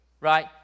right